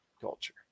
Culture